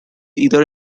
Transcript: either